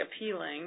appealing